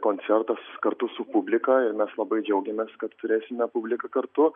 koncertas kartu su publika ir mes labai džiaugiamės kad turėsime publiką kartu